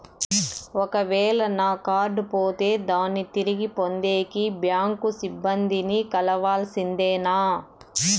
ఒక వేల నా కార్డు పోతే దాన్ని తిరిగి పొందేకి, బ్యాంకు సిబ్బంది ని కలవాల్సిందేనా?